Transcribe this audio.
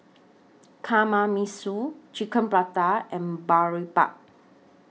Kamameshi Chicken Parata and Boribap